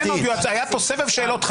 היה פה סבב שאלות.